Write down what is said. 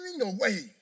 away